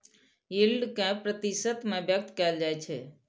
yield कें प्रतिशत मे व्यक्त कैल जाइ छै